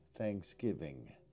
Thanksgiving